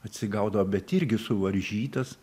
atsigaudavo bet irgi suvaržytas